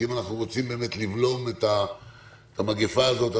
כי אם אנחנו רוצים לבלום את המגפה הזאת,